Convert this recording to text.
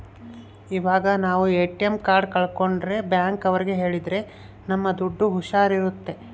ಇವಾಗ ನಾವ್ ATM card ಕಲ್ಕೊಂಡ್ರೆ ಬ್ಯಾಂಕ್ ಅವ್ರಿಗೆ ಹೇಳಿದ್ರ ನಮ್ ದುಡ್ಡು ಹುಷಾರ್ ಇರುತ್ತೆ